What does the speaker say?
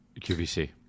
QVC